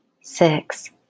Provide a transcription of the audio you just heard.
six